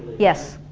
yes,